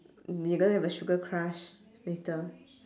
you gonna have a sugar crush later